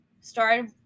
started